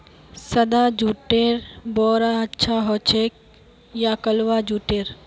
सादा जुटेर बोरा अच्छा ह छेक या कलवा जुटेर